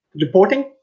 reporting